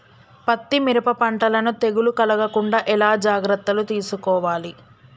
పత్తి మిరప పంటలను తెగులు కలగకుండా ఎలా జాగ్రత్తలు తీసుకోవాలి?